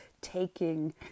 taking